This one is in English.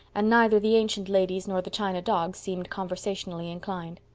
and neither the ancient ladies nor the china dogs seemed conversationally inclined.